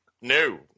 no